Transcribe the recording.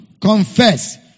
Confess